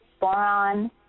boron